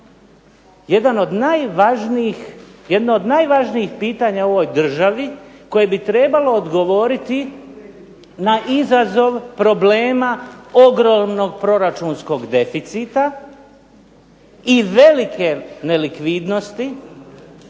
Jedno od najvažnijih pitanja u ovoj državi koje bi trebalo odgovoriti na izazov problema ogromnog proračunskog deficita i velike nelikvidnosti